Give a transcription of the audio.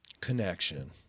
connection